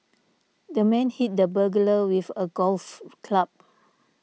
the man hit the burglar with a golf club